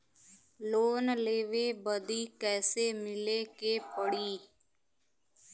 Loan लेवे बदी कैसे मिले के पड़ी?